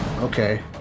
Okay